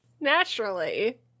naturally